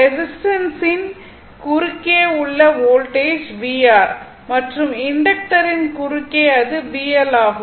ரெசிஸ்டன்ஸின் குறுக்கே உள்ள voltage vR மற்றும் இண்டக்டரின் குறுக்கே அது VL ஆகும்